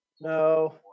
No